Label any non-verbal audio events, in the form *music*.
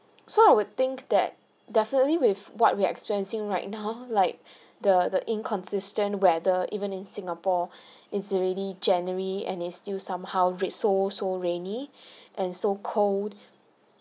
so I would think that definitely with what we experiencing right now like the the inconsistent whether even in singapore *breath* is already january and is still somehow rai~ so sue rainy *breath* and so cold